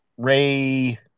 Ray